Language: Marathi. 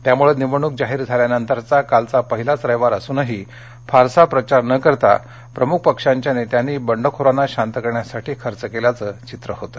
त्यामुळे निवडणुक जाहीर झाल्यानंतरचा कालचा पहिलाच रविवार असूनही फारसा प्रचार न करता प्रमुख पक्षांच्या नेत्यांनी बंडखोरांना शांत करण्यासाठी खर्च केल्याचं चित्र होतं